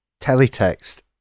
Teletext